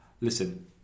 Listen